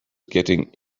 getting